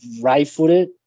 right-footed